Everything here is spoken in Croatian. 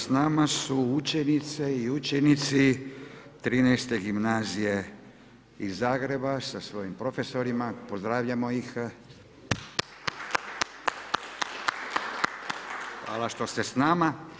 S nama su učenice i učenici 13. gimnazije iz Zagreba sa svojim profesorima, pozdravljamo ih. hvala što ste s nama.